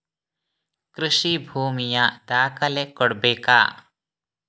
ಕೃಷಿ ಭೂಮಿಯ ದಾಖಲೆ ಕೊಡ್ಬೇಕಾ?